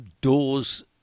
doors